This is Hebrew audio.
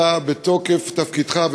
אני חושב שמתוקף תפקידך,